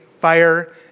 fire